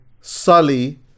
Sully